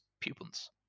pupils